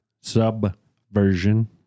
subversion